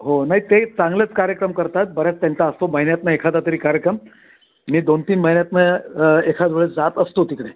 हो नाही ते चांगलंच कार्यक्रम करतात बऱ्याच त्यांचा असतो महिन्यातून एखादा तरी कार्यक्रम मी दोन तीन महिन्यातून एखाद वेळेस जात असतो तिकडे